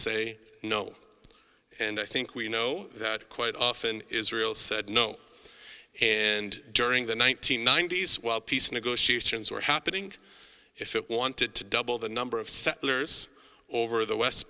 say no and i think we know that quite often israel said no and during the one nine hundred ninety s while peace negotiations were happening if it wanted to double the number of settlers over the west